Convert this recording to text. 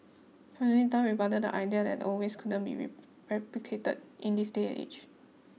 finally Tan rebutted the idea that the old ways couldn't be reap replicated in this day and age